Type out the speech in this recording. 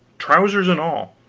trousers and all.